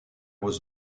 was